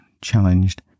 challenged